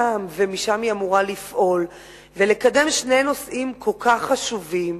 ומשם היא אמורה לפעול ולקדם שני נושאים כל כך חשובים.